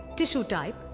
tissue type,